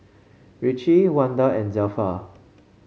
Richie Wanda and Zelpha